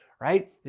right